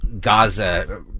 Gaza